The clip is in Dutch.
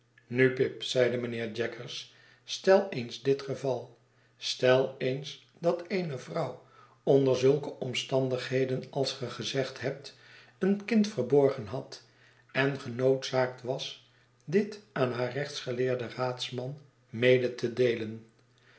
nu pip zeide mijnheer jaggers stel eens dit geval stel eens dat eene vrouw onder zulke omstandigheden als ge gezegd hebt een kind verborgen had en genoodzaakt was dit aan naar rechtsgeleerden raadsman mede te deelen